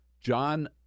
John